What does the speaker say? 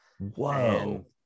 Whoa